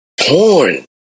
porn